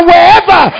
Wherever